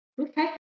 okay